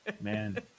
Man